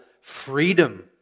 freedom